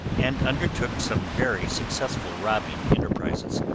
and undertook some very successful robbing enterprises.